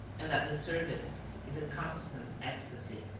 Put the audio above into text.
and that the service is a constant ecstasy.